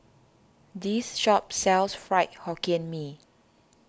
this shop sells Fried Hokkien Mee